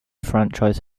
franchise